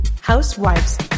housewives